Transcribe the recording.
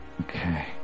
okay